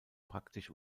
praktisch